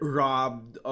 robbed